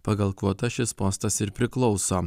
pagal kvotas šis postas ir priklauso